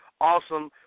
Awesome